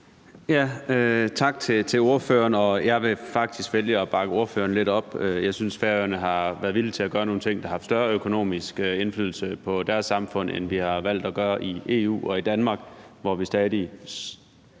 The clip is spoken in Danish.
Tak til ordføreren. Jeg vil faktisk vælge at bakke ordføreren lidt op. Jeg synes, at Færøerne har været villige til at gøre nogle ting, der har haft større økonomisk indflydelse på deres samfund, end vi har valgt at gøre i EU og i Danmark, hvor vi stadig